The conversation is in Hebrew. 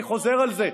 אני חוזר על זה,